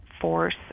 force